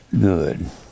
good